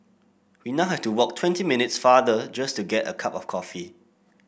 we now have to walk twenty minutes farther just to get a cup of coffee